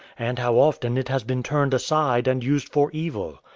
and how often it has been turned aside and used for evil.